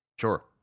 sure